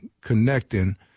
connecting